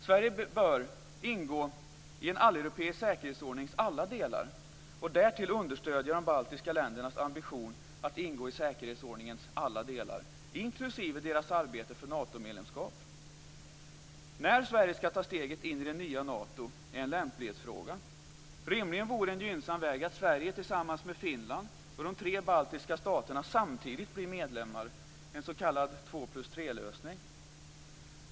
Sverige bör ingå i en alleuropeisk säkerhetsordnings alla delar och därtill understödja de baltiska ländernas ambition att ingå i säkerhetsordningens alla delar, inklusive deras arbete för Natomedlemskap. Det är en lämplighetsfråga när Sverige skall ta steget in i det nya Nato. Rimligen vore en gynnsam väg att Sverige blir medlem samtidigt med Finland och de tre baltiska staterna, en s.k. 2+3-lösning.